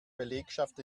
belegschaft